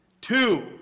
Two